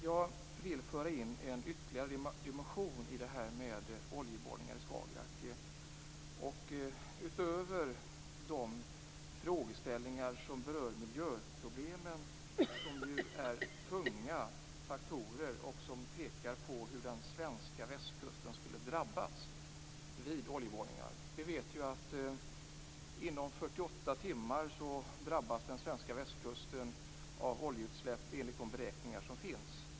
Jag vill föra in ytterligare en dimension i detta med oljeborrningar i Skagerrak - utöver de frågeställningar som berör miljöproblemen, som är tunga faktorer och som pekar på hur den svenska västkusten skulle drabbas vid oljeborrningar. Inom 48 timmar drabbas den svenska västkusten av oljeutsläpp; detta enligt beräkningar som finns.